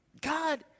God